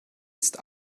ist